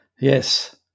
Yes